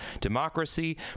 democracy